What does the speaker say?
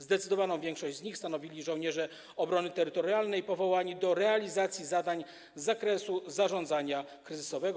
Zdecydowaną większość z nich stanowili żołnierze obrony terytorialnej powołani do realizacji zadań z zakresu zarządzania kryzysowego.